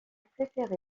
préféré